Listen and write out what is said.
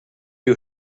who